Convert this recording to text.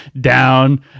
down